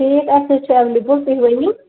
ٹھیٖک اَسہِ حظ چھُ ایٚویلیبُل تُہۍ ؤنِو